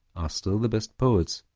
are still the best poets,